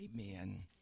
amen